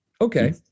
Okay